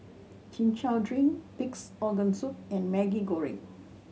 Chin Chow drink Pig's Organ Soup and Maggi Goreng